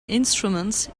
instruments